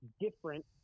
different